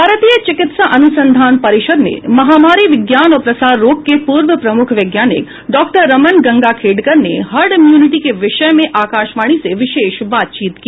भारतीय चिकित्सा अनुसंधान परिषद में महामारी विज्ञान और प्रसार रोग के पूर्व प्रमुख वैज्ञानिक डॉक्टर रमन गंगाखेडकर ने हर्ड इम्यूनिटी के विषय में आकाशवाणी से विशेष बातचीत की